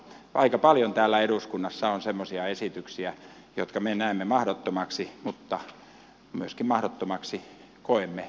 aika paljon täällä eduskunnassa on semmoisia esityksiä jotka me näemme mahdottomiksi mutta myöskin mahdottomaksi koemme muuttaa niitä täällä